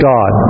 God